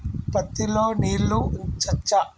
పత్తి లో నీళ్లు ఉంచచ్చా?